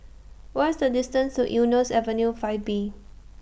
What IS The distance to Eunos Avenue five B